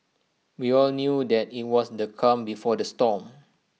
we all knew that IT was the calm before the storm